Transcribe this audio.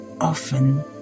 often